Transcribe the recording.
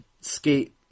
skate